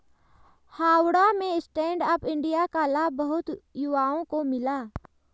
हावड़ा में stand up India का लाभ बहुत युवाओं को मिला